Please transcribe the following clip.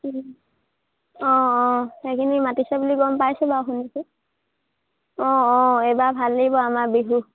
অঁ অঁ সেইখিনি মাতিছে বুলি গম পাইছোঁ বাৰু শুনিছোঁ অঁ অঁ এইবাৰ ভাল লাগিব আমাৰ বিহু